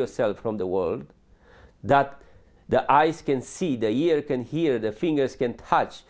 yourself from the world that the eyes can see the year can hear the fingers can touch